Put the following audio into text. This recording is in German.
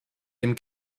dem